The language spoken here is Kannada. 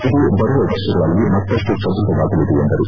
ಇದು ಬರುವ ವರ್ಷಗಳಲ್ಲಿ ಮತ್ತಪ್ಪು ಸಧೃಡವಾಗಲಿದೆ ಎಂದರು